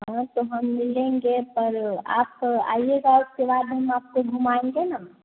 हँ तो हम मिलेंगे पर आप आइएगा उसके बाद हम आपको घुमाएँगे ना